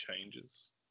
changes